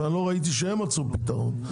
ואני לא ראיתי שהם מצאו פתרון.